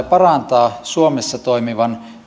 parantaa suomessa toimivan